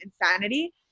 insanity